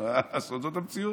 מה לעשות, זאת המציאות.